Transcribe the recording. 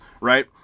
right